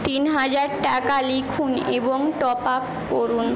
তিন হাজার টাকা লিখুন এবং টপ আপ করুন